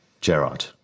Gerard